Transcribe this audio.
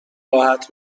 راحت